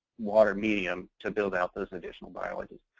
water medium to build out those additional biologies.